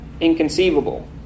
inconceivable